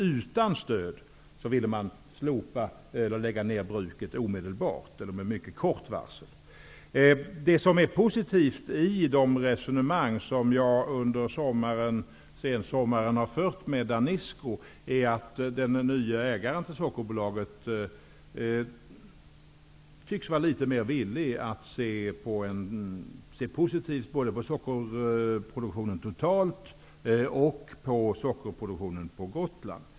Utan stöd ville man omedelbart eller med mycket kort varsel lägga ned Sockerbruket. Det som var positivt i de resonemang som jag under sensommaren förde med Danisco var att den nya ägaren till Sockerbolaget tycktes vara mer välvillig till såväl sockerproduktionen totalt som sockerproduktionen på Gotland.